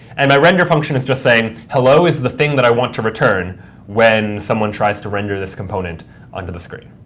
and my render function is just saying, hello is the thing that i want to return when someone tries to render this component onto the screen.